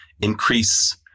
increase